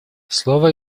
слово